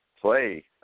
play